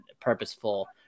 purposeful